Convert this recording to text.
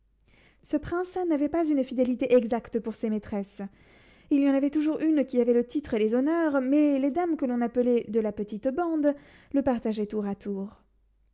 ce prince n'avait pas une fidélité exacte pour ses maîtresses il y en avait toujours une qui avait le titre et les honneurs mais les dames que l'on appelait de la petite bande le partageaient tour à tour